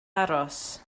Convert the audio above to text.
aros